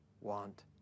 want